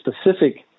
specific